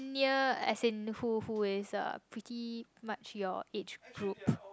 near as in who who is uh pretty much your age group